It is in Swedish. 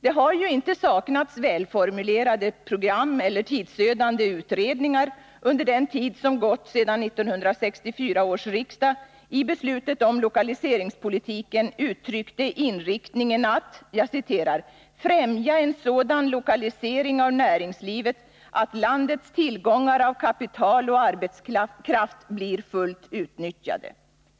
Det har ju inte saknats välformulerade program eller tidsödande utredningar under den tid som gått sedan 1964 års riksdag i beslutet om lokaliseringspolitiken uttryckte inriktningen att ”främja en sådan lokalisering av näringslivet att landets tillgångar av kapital och arbetskraft blir fullt utnyttjade”.